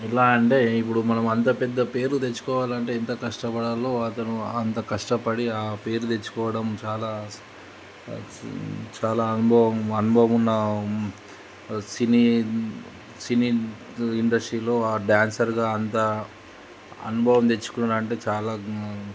ఎలా అంటే ఇప్పుడు మనం అంత పెద్ద పేరు తెచ్చుకోవాలి అంటే ఎంత కష్టపడాలో అతను అంత కష్టపడి ఆ పేరు తెచ్చుకోవడం చాలా చాలా అనుభవం అనుభం ఉన్న సినీ సినీ ఇండస్ట్రీలో ఆ డ్యాన్సర్గా అంత అనుభవం తెచ్చుకున్నాను అంటే చాలా